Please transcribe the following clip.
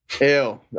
Ew